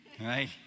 right